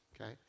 Okay